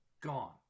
gone